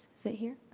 is that here,